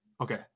Okay